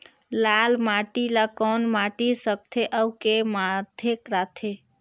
लाल माटी ला कौन माटी सकथे अउ के माधेक राथे?